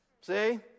See